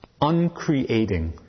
uncreating